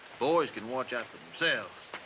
boys can watch out for themselves.